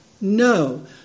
No